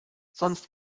sonst